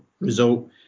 result